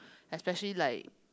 especially like